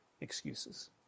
excuses